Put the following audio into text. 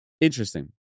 Interesting